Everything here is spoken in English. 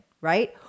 Right